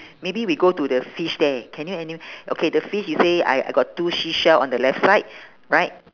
maybe we go to the fish there can you and you okay the fish you say I I got two seashell on the left side right